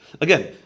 Again